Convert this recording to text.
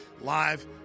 live